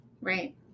Right